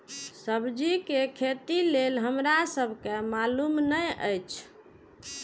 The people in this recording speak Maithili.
सब्जी के खेती लेल हमरा सब के मालुम न एछ?